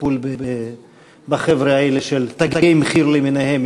הטיפול בחבר'ה האלה של "תג מחיר" למיניהם,